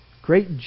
Great